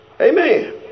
Amen